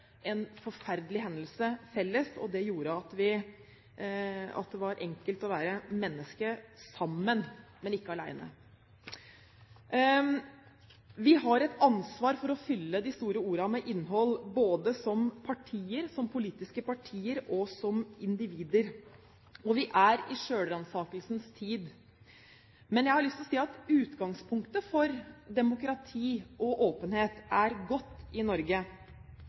en forferdelig hendelse som gjorde at det var enkelt å være menneske sammen, men ikke alene. Vi har et ansvar for å fylle de store ordene med innhold, både som politiske partier og som individer. Vi er i selvransakelsens tid. Men jeg har lyst til å si at utgangspunktet for demokrati og åpenhet er godt i Norge.